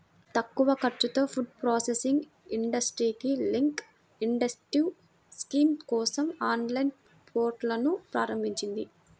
తక్కువ ఖర్చుతో food processing ఇండస్ట్రీకి లింక్డ్ ఇన్సెంటివ్ స్కీమ్ కోసం ఆన్లైన్ పోర్టల్ను ప్రారంభించింది